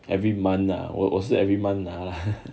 every month lah 我是 every month 拿啦